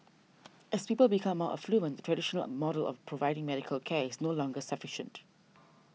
as people become more affluent the traditional model of providing medical care is no longer sufficient